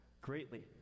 greatly